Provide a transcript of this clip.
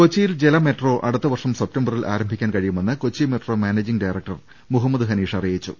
കൊച്ചി ജലമെട്രോ അടുത്ത വർഷം സെപ്തംബറിൽ ആരംഭി ക്കാൻ കഴിയുമെന്ന് Kochi metro managing director Muhammad Hanish അറിയിച്ചു